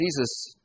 Jesus